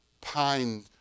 pine